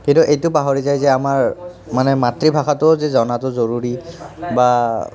কিন্তু এইটো পাহৰি যায় যে আমাৰ মানে মাতৃভাষাটোও যে জনাটো জৰুৰী বা